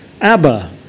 Abba